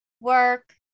work